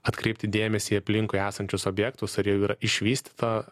atkreipti dėmesį į aplinkui esančius objektus ar jau yra išvystyta